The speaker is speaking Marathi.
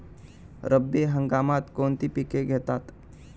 रब्बी हंगामात कोणती पिके घेतात?